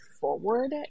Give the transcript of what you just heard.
forward